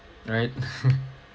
right